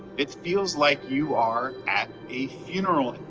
it feels like you are at a funeral. and